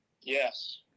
Yes